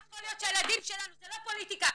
אל תעשי פוליטיקה.